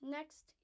Next